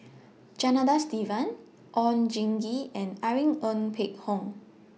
Janadas Devan Oon Jin Gee and Irene Ng Phek Hoong